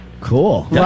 Cool